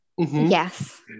Yes